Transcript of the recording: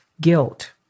guilt